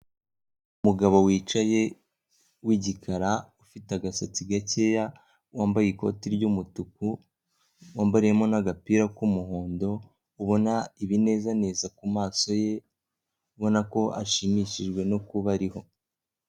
Umugabo wicaye w'igikara ufite agasatsi gakeya wambaye ikoti ry'umutuku wambariyemo n'agapira k'umuhondo ubona ibinezaneza ku maso ye ubona ko ashimishijwe no kuba ariho.